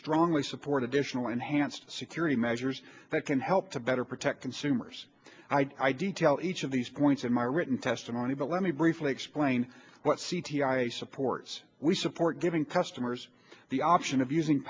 strongly support additional enhanced security measures that can help to better protect consumers i detail each of these points in my written testimony but let me briefly explain what c t o supports we support giving customers the option of using